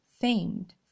famed